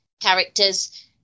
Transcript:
characters